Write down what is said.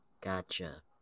gotcha